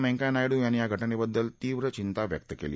वेंकय्या नायडू यांनी या घटनद्दद्विल तीव्र चिंता व्यक्त कली